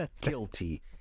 guilty